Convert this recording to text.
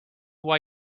why